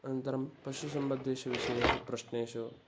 अनन्तरं पशुसम्बद्धेषु विषयेषु प्रश्नेषु